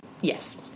Yes